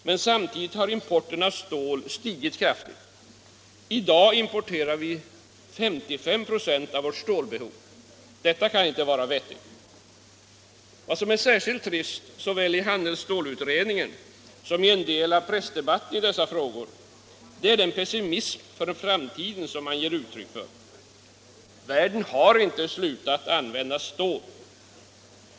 Men samtidigt har importen av stål stigit kraftigt. I dag importerar vi 55 26 av vårt stålbehov. Detta kan inte vara vettigt. Vad som är särskilt trist såväl i handelsstålsutredningen som i en del av pressdebatten i dessa frågor är den pessimism för framtiden som man ger uttryck för. Världen har inte slutat använda stål.